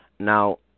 Now